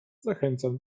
zachęcam